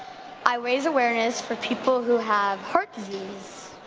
i raise awareness for people who have heart disease.